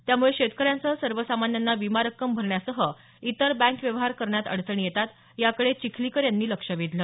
त्यामुळे शेतकऱ्यांसह सर्वसामान्यांना विमा रक्कम भरण्यासह इतर बँक व्यवहार करण्यात अडचणी येतात याकडे चिखलीकर यांनी लक्ष वेधलं